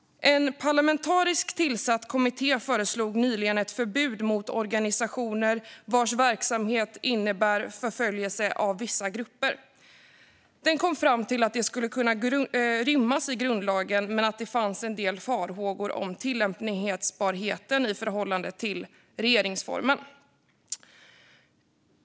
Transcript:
En parlamentariskt tillsatt kommitté föreslog nyligen ett förbud mot organisationer vars verksamhet innebär förföljelse av vissa grupper. Den kom fram till att detta skulle rymmas i grundlagen men att det fanns en del farhågor om tillämpbarheten i förhållande till regeringsformen.